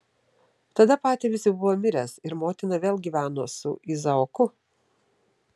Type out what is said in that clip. tada patėvis jau buvo miręs ir motina vėl gyveno su izaoku